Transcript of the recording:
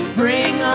bring